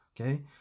okay